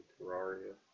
Terraria